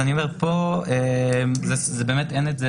אני מסכים שזה עיקרון חשוב אבל פה זה לא נמצא